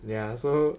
ya so